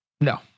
no